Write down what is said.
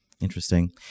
Interesting